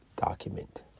document